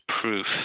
proof